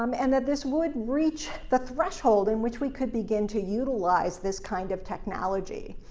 um and that this would reach the threshold in which we could begin to utilize this kind of technology.